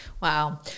Wow